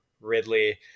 Ridley